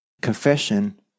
confession